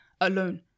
alone